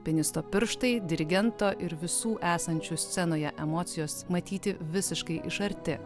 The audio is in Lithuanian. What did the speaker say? pinisto pirštai dirigento ir visų esančių scenoje emocijos matyti visiškai iš arti